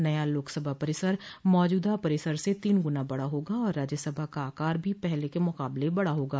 नया लोकसभा परिसर मौजूदा परिसर स तीन गुना बड़ा होगा और राज्यसभा का आकार भो पहले के मुकाबले बड़ा होगा